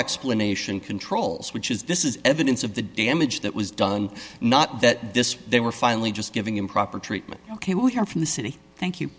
explanation controls which is this is evidence of the damage that was done not that this they were finally just giving him proper treatment ok we hear from the city thank you